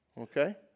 okay